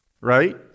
Right